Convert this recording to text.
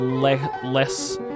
less